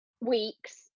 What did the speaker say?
week's